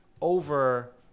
over